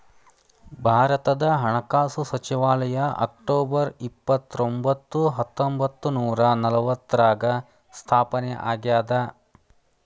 ಭಾರತದ ಹಣಕಾಸು ಸಚಿವಾಲಯ ಅಕ್ಟೊಬರ್ ಇಪ್ಪತ್ತರೊಂಬತ್ತು ಹತ್ತೊಂಬತ್ತ ನೂರ ನಲವತ್ತಾರ್ರಾಗ ಸ್ಥಾಪನೆ ಆಗ್ಯಾದ